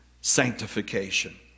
sanctification